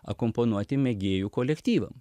akompanuoti mėgėjų kolektyvų